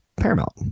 Paramount